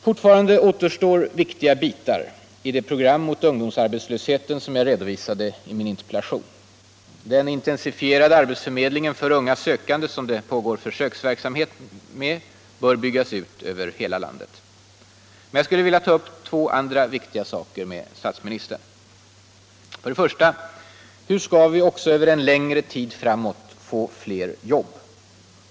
Fortfarande återstår viktiga bitar i det program mot ungdomarbetslösheten som jag redovisade i min interpellation. Den intensifierade arbetsförmedling för unga sökande som det pågår försöksverksamhet med bör byggas ut över hela landet. Men jag skulle vilja ta upp två andra viktiga saker med statsministern. För det första: Hur skall vi också över en längre tid framåt få fler jobb?